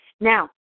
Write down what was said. Now